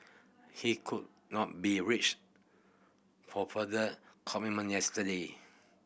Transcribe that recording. he could not be reached for further comment yesterday